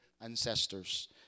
ancestors